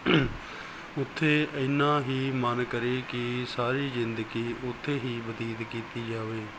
ਉੱਥੇ ਇਨਾ ਹੀ ਮਨ ਕਰੇ ਕਿ ਸਾਰੀ ਜਿੰਦਗੀ ਉਥੇ ਹੀ ਬਤੀਤ ਕੀਤੀ ਜਾਵੇ